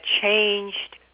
changed